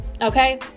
okay